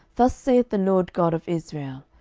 thus saith the lord god of israel,